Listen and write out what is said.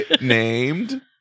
Named